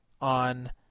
on